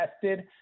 tested